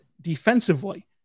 defensively